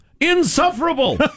Insufferable